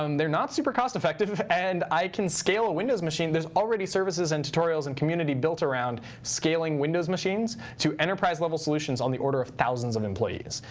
um they're not super cost effective, and i can scale a windows machine. there's already services and tutorials and community built around scaling windows machines to enterprise level solutions on the order of thousands of employees.